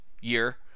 year